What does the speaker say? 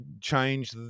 change